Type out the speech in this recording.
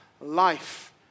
life